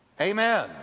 Amen